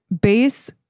Base